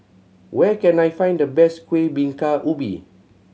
where can I find the best Kuih Bingka Ubi